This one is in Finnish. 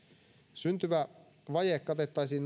syntyvä vaje katettaisiin